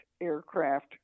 aircraft